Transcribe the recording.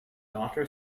daughter